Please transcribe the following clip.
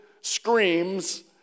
screams